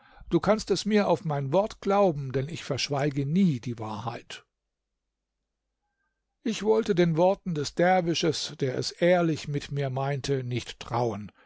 du kannst es mir auf mein wort glauben denn ich verschweige nie die wahrheit ich wollte den worten des derwisches der es ehrlich mit mir meinte nicht trauen